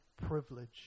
privilege